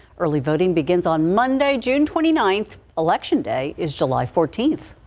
early voting begins on monday june twenty ninth election day is july fourteenth.